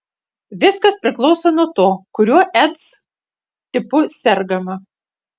viskas priklauso nuo to kuriuo eds tipu sergama